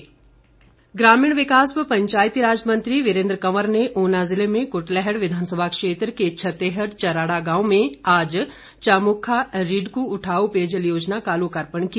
वीरेन्द्र कंवर ग्रामीण विकास व पंचायती राज मंत्री वीरेन्द्र कंवर ने उना जिले में कुटलैहड़ विधानसभा क्षेत्र के छत्तेहड चराड़ा गांव में आज चामुखा रिडकू उठाउ पेयजल योजना का लोकार्पण किया